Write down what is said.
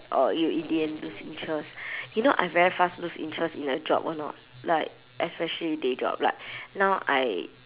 or you in the end lose interest you know I very fast lose interest in a job or not like especially day job like now I